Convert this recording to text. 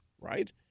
right